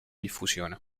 diffusione